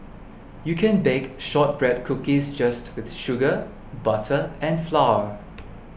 you can bake Shortbread Cookies just with sugar butter and flour